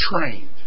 trained